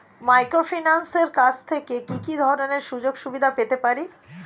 মাইক্রোফিন্যান্সের কাছ থেকে কি কি ধরনের সুযোগসুবিধা পেতে পারি?